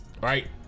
Right